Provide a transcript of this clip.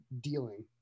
dealing